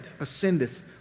ascendeth